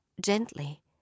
Gently